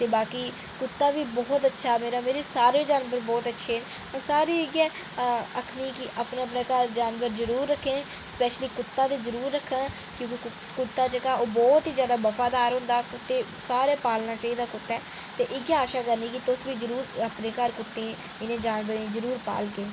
अच्छा ऐ मेरा मेरे सारे जानवर बहुत अच्छे न सारें गी इयै आखनी आं कि अपने अपने घर जानवर जरूर रक्खो स्पैश्ली कुत्ता ते जरूर रक्खो की जे कुत्ता जेेह्ड़ा बहुत जैदाबफादार होंदा ते सारे पालना चाहिदा कुत्ता ते इयै आशा करनियां कि तुस बी अपने घर कुत्ता एह् जानवर जरूर पालयो